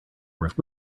worth